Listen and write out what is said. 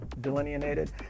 Delineated